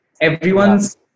Everyone's